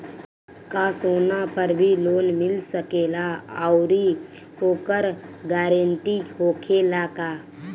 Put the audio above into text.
का सोना पर भी लोन मिल सकेला आउरी ओकर गारेंटी होखेला का?